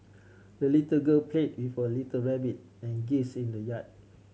the little girl played with her little rabbit and geese in the yard